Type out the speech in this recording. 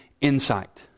insight